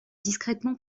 discrètement